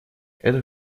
это